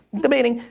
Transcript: debating.